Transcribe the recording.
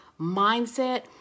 mindset